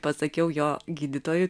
pasakiau jo gydytojui